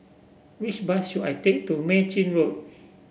which bus should I take to Mei Chin Road